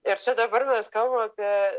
ir čia dabar mes kalbam apie